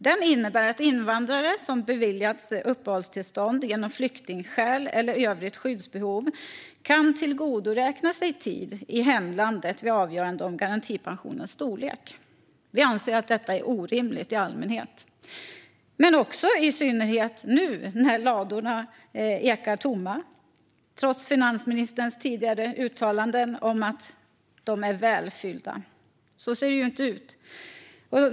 Den innebär att invandrare som beviljats uppehållstillstånd genom flyktingskäl eller övrigt skyddsbehov kan tillgodoräkna sig tid i hemlandet vid avgörande om garantipensionens storlek. Vi anser att detta är orimligt i allmänhet men också i synnerhet nu när ladorna ekar tomma trots finansministerns uttalanden om att de är välfyllda. Så ser det ju inte ut.